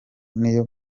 niyo